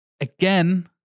again